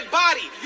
body